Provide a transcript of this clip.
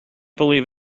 believe